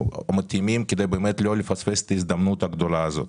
המתאימים כדי באמת לא לפספס את ההזדמנות הגדולה הזאת.